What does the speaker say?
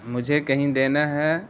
مجھے کہیں دینا ہے